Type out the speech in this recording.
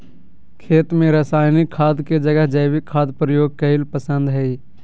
खेत में रासायनिक खाद के जगह जैविक खाद प्रयोग कईल पसंद हई